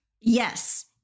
Yes